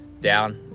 Down